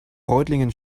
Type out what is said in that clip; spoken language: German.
reutlingen